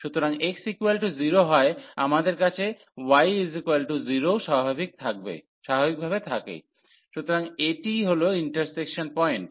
সুতরাং x 0 হয় আমাদের কাছে y 0 ও স্বাভাবিকভাবে থাকে সুতরাং এটিই হল ইন্টারসেকশন পয়েন্ট